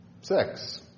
Six